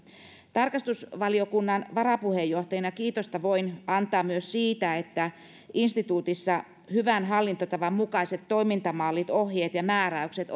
tarkastusvaliokunnan varapuheenjohtajana voin antaa kiitosta myös siitä että instituutissa hyvän hallintotavan mukaiset toimintamallit ohjeet ja määräykset